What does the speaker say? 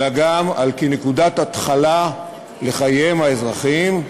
אלא גם על-פי נקודת התחלה לחייהם האזרחיים.